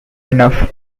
enough